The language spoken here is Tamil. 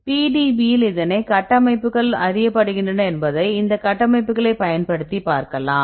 PDB இல் எத்தனை கட்டமைப்புகள் அறியப்படுகின்றன என்பதை இந்த கட்டமைப்புகளைப் பயன்படுத்திப் பார்க்கலாம்